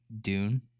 Dune